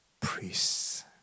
Priests